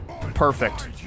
perfect